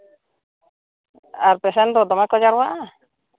ᱟᱨ ᱯᱮᱥᱮᱱ ᱫᱚ ᱫᱚᱢᱮ ᱠᱚ ᱡᱟᱨᱣᱟᱜᱼᱟ